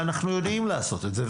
ואנחנו יודעים לעשות את זה,